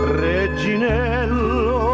reginello